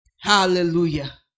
Hallelujah